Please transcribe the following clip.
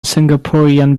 singaporean